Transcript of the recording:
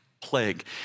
plague